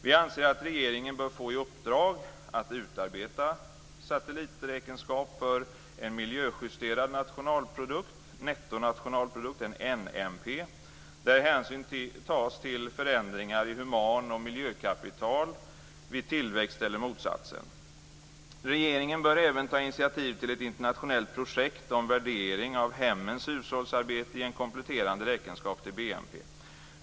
Vi anser att regeringen bör få i uppdrag att utarbeta satelliträkenskap för en miljöjusterad nettonationalprodukt, NMP, där hänsyn tas till förändringar i human eller miljökapital vid tillväxt eller motsatsen. Regeringen bör även ta initiativ till ett internationellt projekt om värdering av hemmens hushållsarbete i en kompletterande räkenskap till BNP.